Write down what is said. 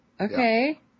okay